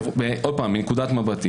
ולא ממקום של סנגוריה.